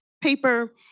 paper